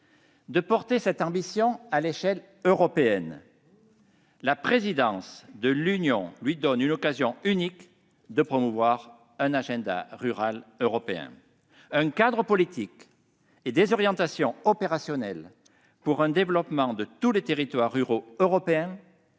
pour les ruralités, à l'échelle européenne. La présidence de l'Union lui donne une occasion unique pour promouvoir un agenda rural européen, à savoir un cadre politique et des orientations opérationnelles pour un développement de tous les territoires ruraux européens,